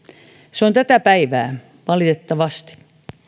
se on tätä päivää valitettavasti